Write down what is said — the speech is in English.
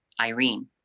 Irene